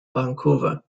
vancouver